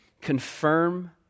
confirm